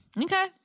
Okay